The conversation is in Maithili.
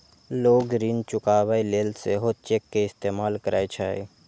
लोग ऋण चुकाबै लेल सेहो चेक के इस्तेमाल करै छै